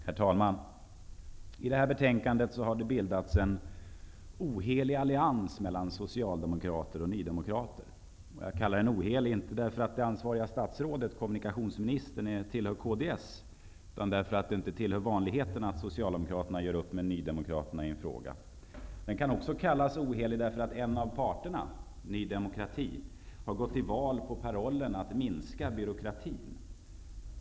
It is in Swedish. Herr talman! I detta betänkande har det bildats en ohelig allians mellan socialdemokrater och nydemokrater. Jag kallar den ohelig, inte därför att det ansvariga statsrådet, kommunikationsministern, tillhör Kds, utan därför att det inte tillhör vanligheterna att socialdemokraterna gör upp med nydemokraterna i en fråga. Den kan också kallas ohelig därför att en av parterna, Ny demokrati, har gått till val på parollen att minska byråkratin.